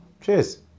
cheers